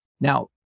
Now